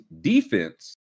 defense